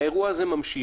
האירוע הזה ממשיך.